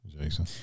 Jason